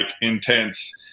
intense